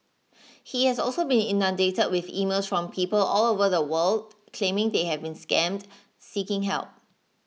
he has also been inundated with emails from people all over the world claiming they have been scammed seeking help